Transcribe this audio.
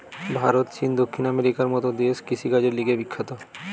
ভারত, চীন, দক্ষিণ আমেরিকার মত দেশ কৃষিকাজের লিগে বিখ্যাত